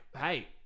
hey